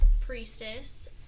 priestess